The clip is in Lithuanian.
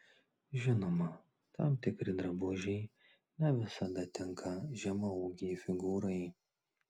žinoma tam tikri drabužiai ne visada tinka žemaūgei figūrai